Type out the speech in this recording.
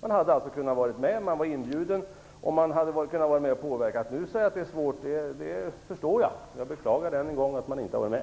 Man hade alltså kunnat vara med. Man var inbjuden och man hade kunnat vara med och påverka. Nu säger man att det är svårt, och det förstår jag. Jag beklagar än en gång att man inte har varit med.